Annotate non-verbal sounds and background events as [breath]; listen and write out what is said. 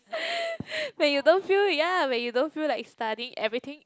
[breath] when you don't feel ya when you don't feel like studying everything